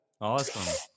Awesome